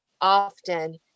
often